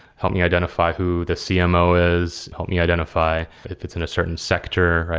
help me identify who the cmo is. help me identify if it's in a certain sector,